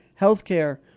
healthcare